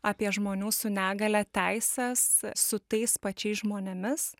apie žmonių su negalia teises su tais pačiais žmonėmis